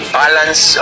balance